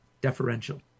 deferential